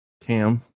Cam